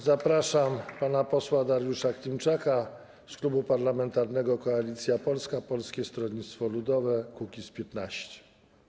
Zapraszam pana posła Dariusza Klimczaka z Klubu Parlamentarnego Koalicja Polska - Polskie Stronnictwo Ludowe - Kukiz15.